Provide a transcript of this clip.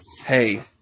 Hey